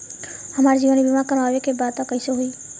हमार जीवन बीमा करवावे के बा त कैसे होई?